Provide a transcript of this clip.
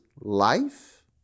life